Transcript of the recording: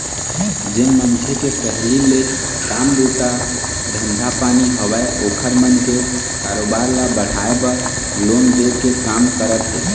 जेन मनखे के पहिली ले काम बूता धंधा पानी हवय ओखर मन के कारोबार ल बढ़ाय बर लोन दे के काम करत हे